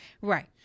Right